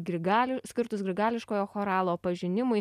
grigaliui skirtus grigališkojo choralo pažinimui